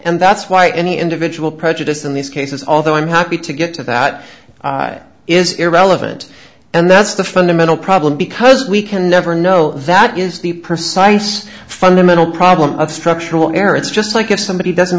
and that's why any individual prejudice in these cases although i'm happy to get to that is irrelevant and that's the fundamental problem because we can never know that is the person's fundamental problem of structural merits just like if somebody doesn't